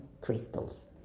crystals